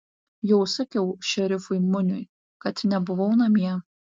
jau sakiau šerifui muniui kad nebuvau namie